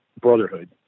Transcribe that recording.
brotherhood